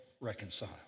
reconcile